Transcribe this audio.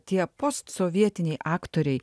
tie postsovietiniai aktoriai